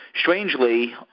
strangely